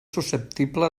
susceptible